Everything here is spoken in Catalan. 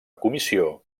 comissió